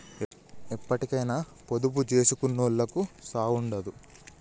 ఎప్పటికైనా పొదుపు జేసుకునోళ్లకు సావుండదు